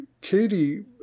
Katie